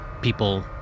people